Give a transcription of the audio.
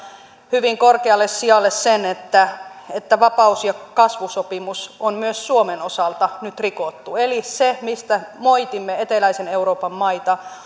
hyvin korkealle sijalle sen että että vakaus ja kasvusopimus on myös suomen osalta nyt rikottu se mistä moitimme eteläisen euroopan maita